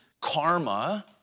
Karma